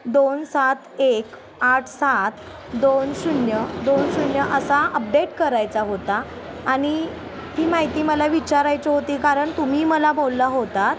दोन सात एक आठ सात दोन शून्य दोन शून्य असा अपडेट करायचा होता आणि ही माहिती मला विचारायची होती कारण तुम्ही मला बोलला होतात